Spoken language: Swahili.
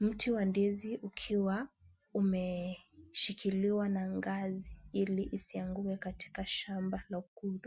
Mti wa ndizi ukiwa umeshikiliwa na ngazi ili isianguke katika shamba na ukulima.